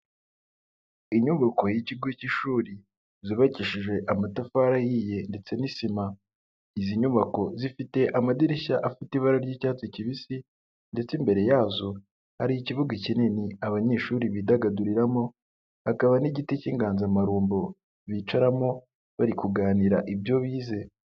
Inyubako y'ikigo cy'ishuri zubakishije amatafari ahiye ndetse n'isima, izi nyubako zifite amadirishya afite ibara ry'icyatsi kibisi ndetse imbere yazo hari ikibuga kinini abanyeshuri bidagaduriramo, hakaba n'igiti cy'inganzamarumbo bicaramo bari kuganira ibyo bize.